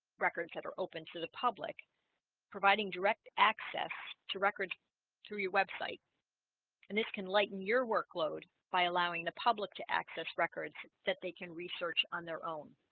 records that are open to the public providing direct access to records through your website and this can lighten your workload by allowing the public to access records that they can research on their own